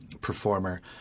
performer